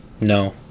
no